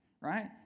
Right